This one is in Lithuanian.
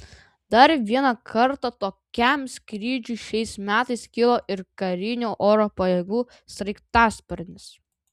dar vieną kartą tokiam skrydžiui šiais metais kilo ir karinių oro pajėgų sraigtasparnis